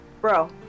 bro